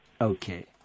Okay